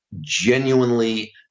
genuinely